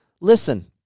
listen